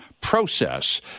Process